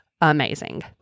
amazing